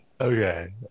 Okay